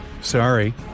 Sorry